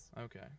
Okay